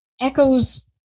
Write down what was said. echoes